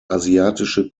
asiatische